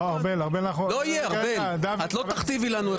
ארבל, את לא תכתיבי לנו את